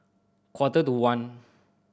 quarter to one